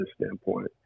standpoint